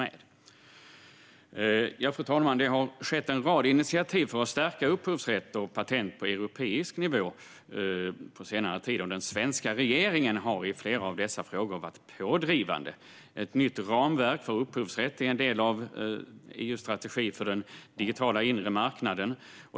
Det har på senare tid tagits en rad initiativ för att stärka upphovsrätt och patent på europeisk nivå, och den svenska regeringen har i flera av dessa frågor varit pådrivande. Ett nytt ramverk för upphovsrätt är en del av EU:s strategi för den digitala inre marknaden.